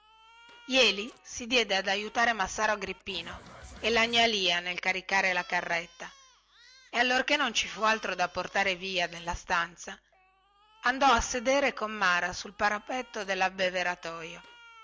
jeli si diede ad aiutare massaro agrippino e la gnà lia nel caricare la carretta e allorchè non ci fu altro da portare via dalla stanza andò a sedere con mara sul parapetto dellabbeveratojo anche